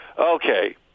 okay